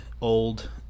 old